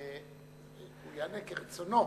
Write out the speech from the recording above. הוא יענה כרצונו,